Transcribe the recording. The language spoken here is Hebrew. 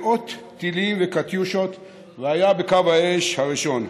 מאות טילים וקטיושות והיה בקו האש הראשון.